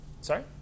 Sorry